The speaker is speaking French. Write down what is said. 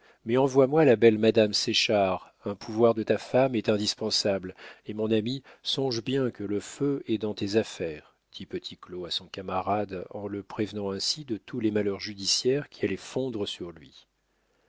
mais envoie-moi la belle madame séchard un pouvoir de ta femme est indispensable et mon ami songe bien que le feu est dans tes affaires dit petit claud à son camarade en le prévenant ainsi de tous les malheurs judiciaires qui allaient fondre sur lui